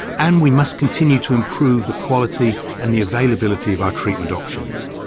and we must continue to improve the quality and the availability of our treatment options.